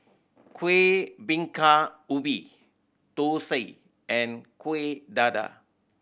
Kuih Bingka Ubi thosai and Kuih Dadar